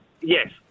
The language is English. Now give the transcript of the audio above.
Yes